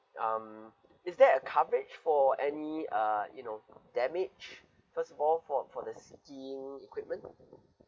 um is there a coverage for any uh you know damage first of all for for the skiing equipment